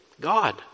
God